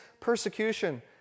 persecution